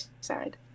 side